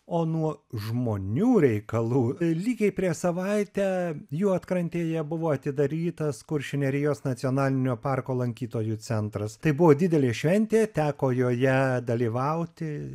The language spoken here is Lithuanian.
o nuo žmonių reikalų lygiai prieš savaitę juodkrantėje buvo atidarytas kuršių nerijos nacionalinio parko lankytojų centras tai buvo didelė šventė teko joje dalyvauti